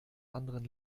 anderem